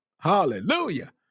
Hallelujah